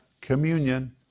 communion